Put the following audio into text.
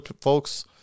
folks